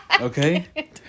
Okay